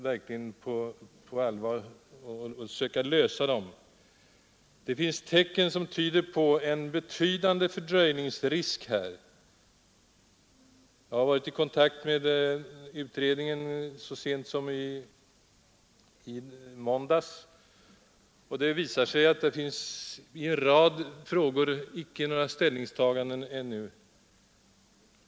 Det finns tecken som tyder på att det finns risk för en betydande fördröjning. Jag var så sent som i måndags i kontakt med utredningen. Det visade sig att utredningen i en rad frågor ännu inte gjort några ställningstaganden.